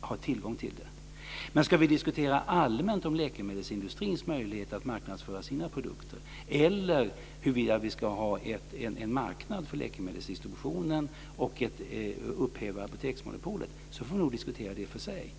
att få tillgång till det. Ska vi allmänt diskutera om läkemedelsindustrins möjligheter att marknadsföra sina produkter eller huruvida vi ska ha en marknad för läkemedelsdistribution och upphäva apoteksmonopolet får det ske för sig.